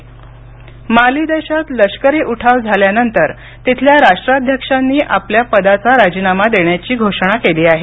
माली अध्यक्ष राजीनामा माली देशात लष्करी उठाव झाल्यानंतर तिथल्या राष्ट्राध्यक्षांनी आपल्या पदाचा राजीनामा देण्याची घोषणा केली आहे